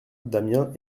damiens